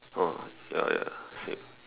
oh ya ya same